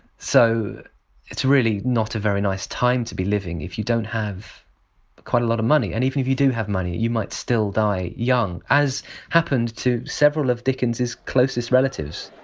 so it's really not a very nice time to be living if you don't have quite a lot of money. and even if you do have money you might still die young, as happened to several of dickens's closest relatives